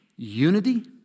Unity